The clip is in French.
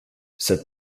cette